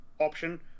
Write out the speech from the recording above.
option